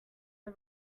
his